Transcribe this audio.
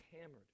hammered